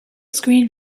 screen